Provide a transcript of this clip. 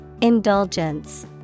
Indulgence